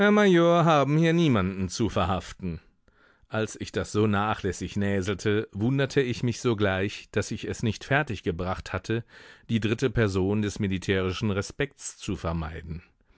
haben hier niemanden zu verhaften als ich das so nachlässig näselte wunderte ich mich sogleich daß ich es nicht fertig gebracht hatte die dritte person des militärischen respekts zu vermeiden